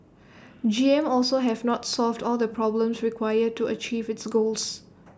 G M also have not solved all the problems required to achieve its goals